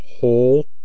Whole